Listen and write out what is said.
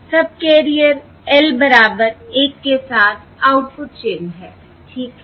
subcarrier l बराबर 1 के साथ आउटपुट चिन्ह है ठीक है